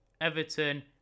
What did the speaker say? Everton